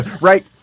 Right